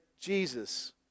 Jesus